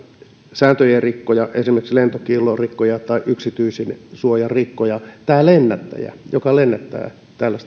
sääntöjen rikkoja esimerkiksi lentokiellon rikkoja tai yksityisyydensuojan rikkoja tämä lennättäjä joka lennättää